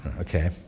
Okay